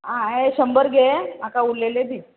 आ हे शंबर घे म्हाका उल्लेले दी